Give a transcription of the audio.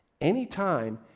Anytime